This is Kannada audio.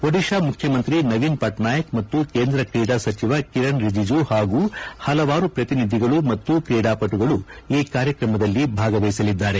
ಒಡಿತಾ ಮುಖ್ಯಮಂತ್ರಿ ನವೀನ್ ಪಟ್ನಾಯಕ್ ಮತ್ತು ಕೇಂದ್ರ ಕ್ರೀಡಾ ಸಚಿವ ಕಿರಣ್ ರಿಜಿಜು ಪಾಗೂ ಪಲವಾರು ಪ್ರತಿನಿಧಿಗಳು ಮತ್ತು ಕ್ರೀಡಾವಟುಗಳು ಈ ಕಾರ್ಯಕ್ರಮದಲ್ಲಿ ಭಾಗವಹಿಸಲಿದ್ದಾರೆ